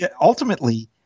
ultimately